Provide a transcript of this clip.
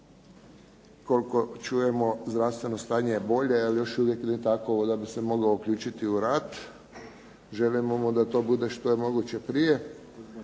koliko čujemo zdravstveno stanje je bolje ali još uvijek ne takvo da bi se mogao uključiti u rad. Želimo mu da to bude što je moguće prije.